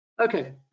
Okay